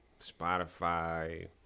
Spotify